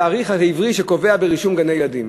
התאריך העברי שקובע ברישום לגני-ילדים.